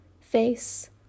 face